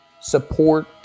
support